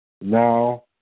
Now